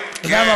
אתה יודע מה?